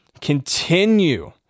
continue